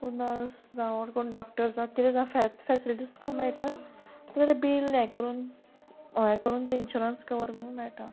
तूं नर्स जावं कोण डॉक्टर जावं कितें जावं फॅ फेसिलिटीज तुका मेळटा तुयें तें बील हें करून हें करून तुयें इन्शुरंस कवर करूंक मेळटा